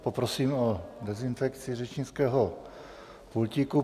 Poprosím o dezinfekci řečnického pultíku.